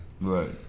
Right